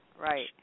right